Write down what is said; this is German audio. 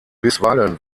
bisweilen